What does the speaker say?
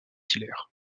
hilaire